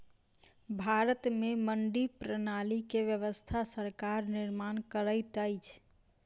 भारत में मंडी प्रणाली के व्यवस्था सरकार निर्माण करैत अछि